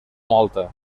molta